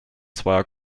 zweier